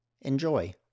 enjoy